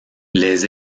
les